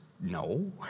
No